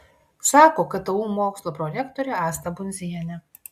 sako ktu mokslo prorektorė asta pundzienė